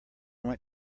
went